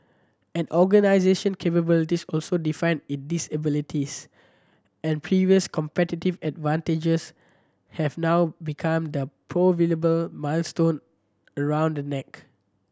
an organisation capabilities also define its disabilities and previous competitive advantages have now become the proverbial millstone around the neck